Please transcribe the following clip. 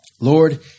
Lord